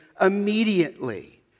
immediately